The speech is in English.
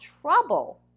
trouble